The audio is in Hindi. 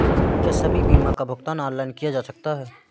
क्या सभी बीमा का भुगतान ऑनलाइन किया जा सकता है?